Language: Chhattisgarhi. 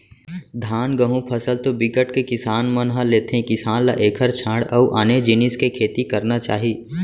धान, गहूँ फसल तो बिकट के किसान मन ह लेथे किसान ल एखर छांड़ अउ आने जिनिस के खेती करना चाही